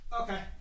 Okay